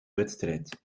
wedstrijd